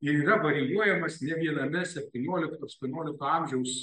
ir yra varijuojamas ne viename septyniolikto aštuoniolikto amžiaus